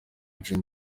dream